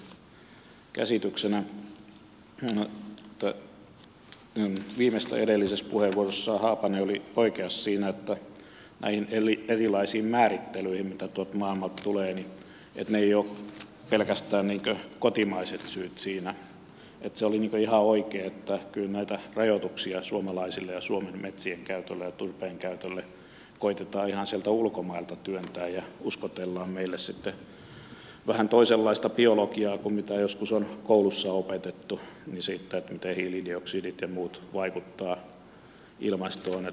viimeistä edellisessä puheenvuorossaan haapanen oli oikeassa siinä että näihin erilaisiin määrittelyihin mitä tuolta maailmalta tulee eivät ole pelkästään kotimaiset syyt siinä ja se oli ihan oikein että kyllä näitä rajoituksia suomalaisille ja suomen metsien käytölle ja turpeen käytölle koetetaan ihan sieltä ulkomailta työntää ja uskotellaan meille sitten vähän toisenlaista biologiaa kuin joskus on koulussa opetettu siitä miten hiilidioksidit ja muut vaikuttavat ilmastoon